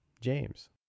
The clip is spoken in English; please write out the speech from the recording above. James